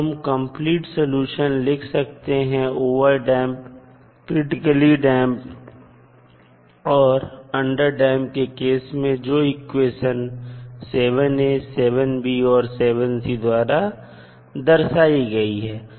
अब हम complete solution लिख सकते हैं ओवरट डैंप क्रिटिकली डैंप और अंडर डैंप केस में जो इक्वेशन 7a 7b और 7c द्वारा दर्शाई गई है